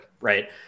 right